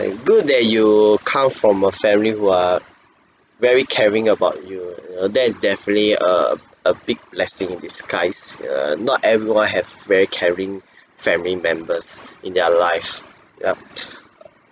err good that you come from a family who are very caring about you know that's definitely a a big blessing in disguise err not everyone have very caring family members in their life yep err